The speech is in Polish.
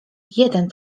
jeden